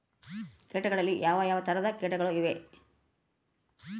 ಕೇಟಗಳಲ್ಲಿ ಯಾವ ಯಾವ ತರಹದ ಕೇಟಗಳು ಇವೆ?